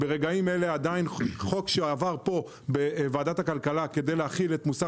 ברגעים אלה עדיין חוק שעבר פה בוועדת הכלכלה כדי להחיל את מוסר